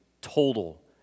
total